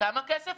כמה כסף?